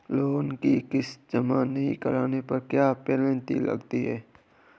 Loan की किश्त जमा नहीं कराने पर क्या पेनल्टी लगती है?